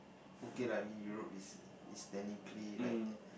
okay lah I mean Europe is is technically like